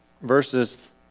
verses